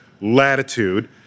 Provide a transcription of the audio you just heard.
latitude